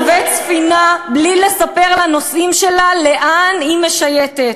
אתה מנווט ספינה בלי לספר לנוסעים שלה לאן היא משייטת,